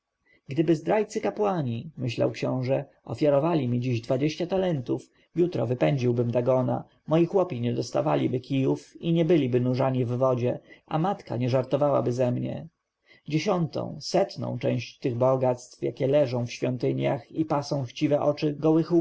gdyby zdrajcy kapłani myślał książę ofiarowali mi dziś dwadzieścia talentów jutro wypędziłbym dagona moi chłopi nie dostawaliby kijów i nie byliby nurzani w wodzie a matka nie żartowałaby ze mnie dziesiąta setna część tych bogactw jakie leżą w świątyniach i pasą chciwe oczy